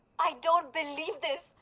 i don't believe this.